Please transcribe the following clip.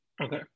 Okay